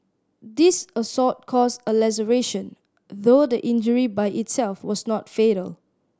this assault caused a laceration though the injury by itself was not fatal